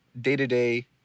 day-to-day